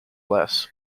less